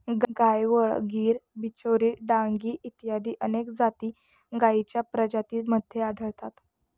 गायवळ, गीर, बिचौर, डांगी इत्यादी अनेक जाती गायींच्या प्रजातींमध्ये आढळतात